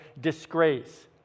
disgrace